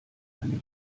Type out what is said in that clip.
eine